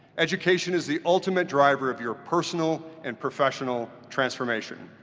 education is the ultimate driver of your personal and professional transformation.